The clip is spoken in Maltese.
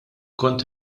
kont